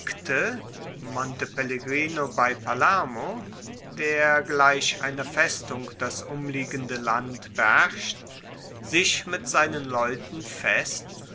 der gleich einer festung das umliegende land beherrscht sich mit seinen leuten fest